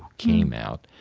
came out.